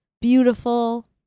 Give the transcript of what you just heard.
beautiful